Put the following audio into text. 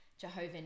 Jehovah